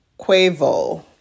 Quavo